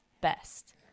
best